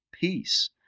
peace